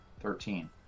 Thirteen